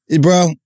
Bro